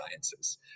sciences